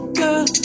girl